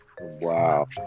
Wow